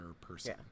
person